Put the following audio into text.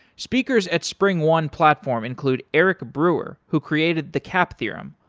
speakers at springone platform include eric brewer, who created the cap theorem.